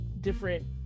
different